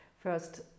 first